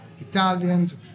Italians